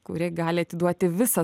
kuri gali atiduoti visą